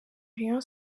rayon